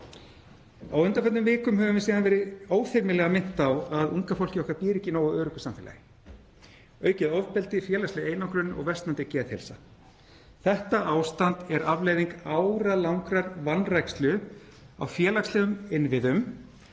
Á undanförnum vikum höfum við síðan verið óþyrmilega minnt á að unga fólkið okkar býr ekki í nógu öruggu samfélagi. Aukið ofbeldi, félagsleg einangrun og versnandi geðheilsa; þetta ástand er afleiðing áralangrar vanrækslu á félagslegum innviðum.